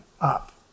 up